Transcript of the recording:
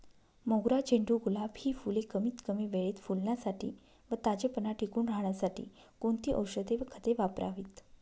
मोगरा, झेंडू, गुलाब हि फूले कमीत कमी वेळेत फुलण्यासाठी व ताजेपणा टिकून राहण्यासाठी कोणती औषधे व खते वापरावीत?